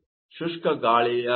ಶುಷ್ಕ ಗಾಳಿಯ ಮೋಲ್ ಭಿನ್ನಾಂಶವು 0